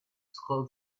scroll